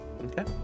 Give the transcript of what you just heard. Okay